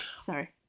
sorry